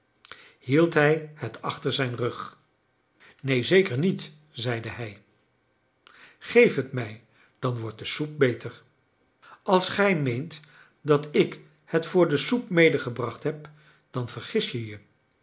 hield hij het achter zijn rug neen zeker niet zeide hij geef het mij dan wordt de soep beter als gij meent dat ik het voor de soep medegebracht heb dan vergis je je